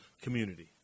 community